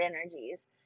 energies